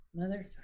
Motherfucker